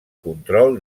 control